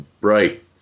Right